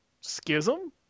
schism